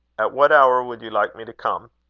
at what hour would you like me to come?